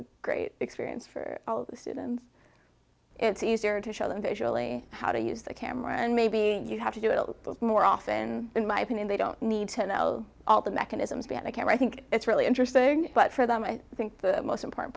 a great experience for all the students it's easier to show them visually how to use the camera and maybe you have to do it all those more often in my opinion they don't need to know all the mechanisms better care i think it's really interesting but for them i think the most important